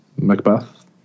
Macbeth